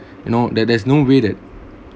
you know that there's no way that